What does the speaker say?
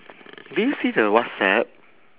did you see the whatsapp